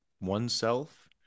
oneself